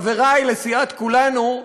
חברי לסיעת כולנו,